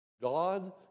God